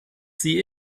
sie